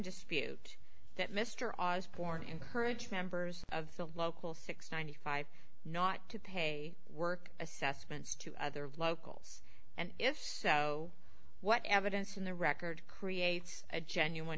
dispute that mr osborne encourage members of the local six ninety five not to pay work assessments to other locals and if so what evidence in the record creates a genuine